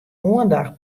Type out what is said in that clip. oandacht